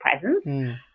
presence